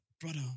brother